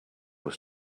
was